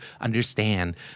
understand